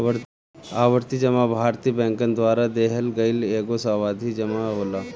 आवर्ती जमा भारतीय बैंकन द्वारा देहल गईल एगो सावधि जमा होला